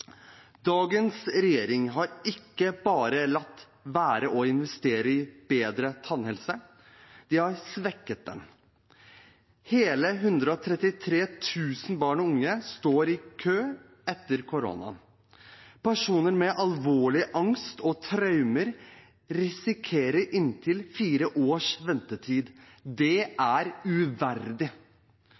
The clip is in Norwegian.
Dagens regjering har ikke bare latt være å investere i bedre tannhelse, de har svekket den – hele 133 000 barn og unge står i kø etter koronaen. Personer med alvorlig angst og traumer risikerer inntil fire års ventetid. Det er uverdig.